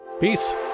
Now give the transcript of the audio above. peace